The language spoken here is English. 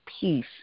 peace